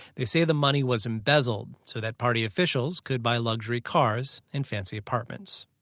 they say the money was embezzled so that party officials could buy luxury cars and fancy apartments.